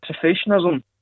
professionalism